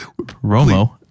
Romo